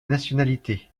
nationalité